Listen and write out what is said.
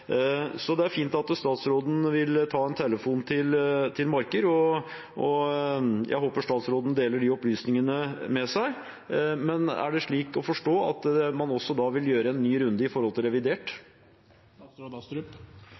Det er fint at statsråden vil ta en telefon til Marker. Jeg håper statsråden deler disse opplysningene. Men er det slik å forstå at man også vil ta en ny runde i forbindelse med revidert?